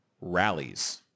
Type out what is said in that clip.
rallies